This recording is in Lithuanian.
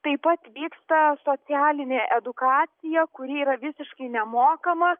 taip pat vyksta socialinė edukacija kuri yra visiškai nemokama